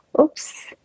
Oops